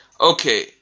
okay